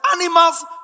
Animals